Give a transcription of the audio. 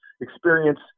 experience